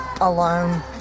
Alone